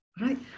right